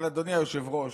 אבל אדוני היושב-ראש,